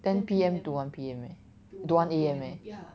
ten P_M to one P_M eh to one A_M eh